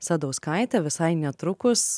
sadauskaitė visai netrukus